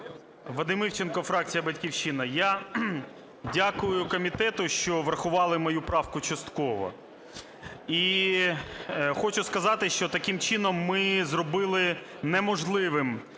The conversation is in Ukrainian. Вадим Івченко, фракція "Батьківщина". Я дякую комітету, що врахували мою правку частково, і хочу сказати, що таким чином ми зробили неможливим